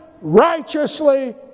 righteously